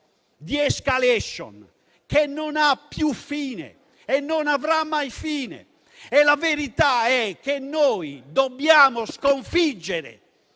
di *escalation* che non ha più fine e non avrà mai fine. La verità è che noi dobbiamo sconfiggere